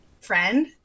friend